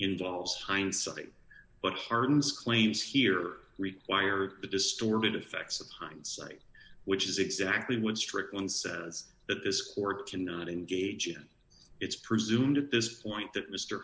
you dollars hindsight but harms claims here require the distorted effects of hindsight which is exactly what strickland says that this court cannot engage in it's presumed at this point that mr